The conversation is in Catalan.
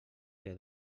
que